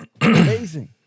Amazing